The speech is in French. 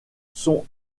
sont